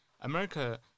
America